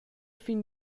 fin